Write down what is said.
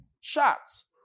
shots